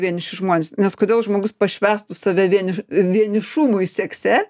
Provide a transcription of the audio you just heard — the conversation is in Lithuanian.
vieniši žmonės nes kodėl žmogus pašvęstų save vieniš vienišumui sekse